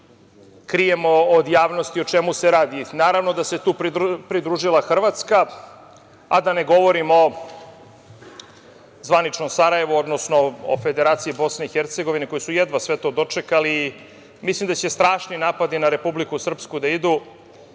da krijemo od javnosti o čemu se radi. Naravno da se tu pridružila Hrvatska, a da ne govorim o zvaničnom Sarajevu, odnosno o Federaciji BiH, koje su jedva sve to dočekali. Mislim da će strašni napadi na Republiku Srpsku da idu. To